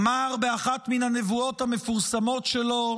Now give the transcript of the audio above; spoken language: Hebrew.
אמר באחת מהנבואות המפורסמות שלו: